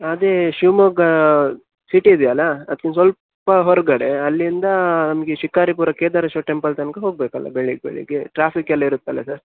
ಅದೇ ಶಿವಮೊಗ್ಗ ಸಿಟಿ ಇದೆ ಅಲ್ವಾ ಅದಕ್ಕಿಂತ ಸ್ವಲ್ಪ ಹೊರಗಡೆ ಅಲ್ಲಿಂದ ನಮಗೆ ಶಿಕಾರಿಪುರಕ್ಕೆ ಕೇದಾರೇಶ್ವರ ಟೆಂಪಲ್ ತನಕ ಹೋಗಬೇಕಲ್ಲ ಬೆಳಿಗ್ಗೆ ಬೆಳಿಗ್ಗೆ ಟ್ರಾಫಿಕ್ ಎಲ್ಲ ಇರುತ್ತಲ್ಲ ಸರ್